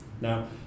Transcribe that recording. Now